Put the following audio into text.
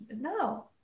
No